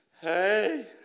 hey